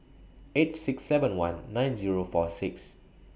eight six seven one nine Zero four six